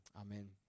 amen